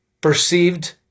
perceived